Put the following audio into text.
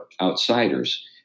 outsiders